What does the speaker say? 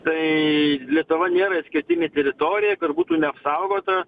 tai lietuva nėra išskirtinė teritorija kur būtų neapsaugota